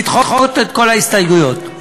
לדחות את כל ההסתייגויות.